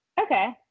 okay